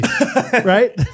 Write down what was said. Right